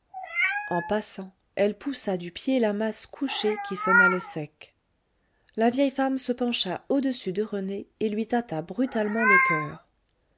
en passant elle poussa du pied la masse couchée qui sonna le sec la vieille femme se pencha au-dessus de rené et lui tâta brutalement le coeur